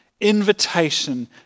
invitation